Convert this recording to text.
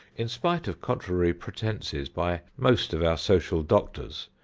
in spite of contrary pretenses by most of our social doctors,